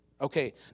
Okay